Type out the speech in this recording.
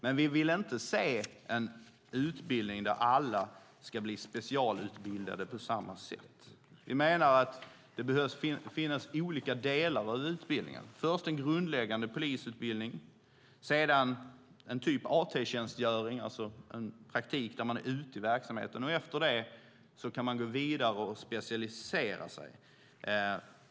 Men vi vill inte se en utbildning där alla ska bli specialutbildade på samma sätt. Vi menar att det behöver finnas olika delar av utbildningen, först en grundläggande polisutbildning och sedan en typ av AT-tjänstgöring, alltså en praktik ute i verksamheten. Efter det kan man gå vidare och specialisera sig.